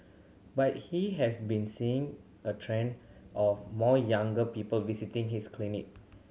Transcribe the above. but he has been seeing a trend of more younger people visiting his clinic